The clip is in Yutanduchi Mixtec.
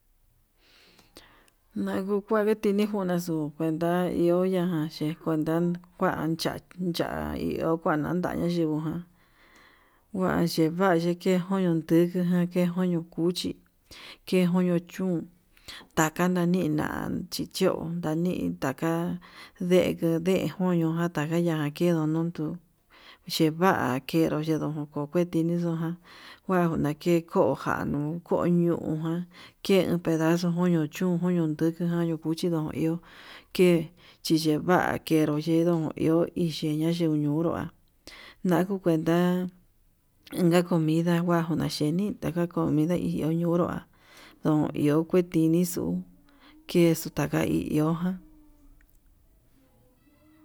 Nangu kuai nikinjunaxu kuenta iho ñajan che'e kuenta cha cha yaia iho, ndo kuan nataya yingujan ngua yebaye ke'e kuñon ndú, kuja ke koño cuchi ke joño chun taka nanina nan chichion ndani'i, iin taka dejun ndekun ñojan taka ñandakendon, ndonon tuu yeva'a kendon ko'o kueti inidojan kua na kee ko'o kanuu ko'o ñujan, ke pedazo koño chun koño ndukujan koño cuchi ndon iho ke yiyiva ke'e, keron yendon iho icheña yuñundua yakuu kuenta enka comida huajua nacheni, taka comida iin ñunrua ño iho kueti xuu kexu taka hi iho ján.